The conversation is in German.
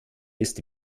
ist